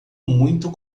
muito